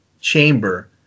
chamber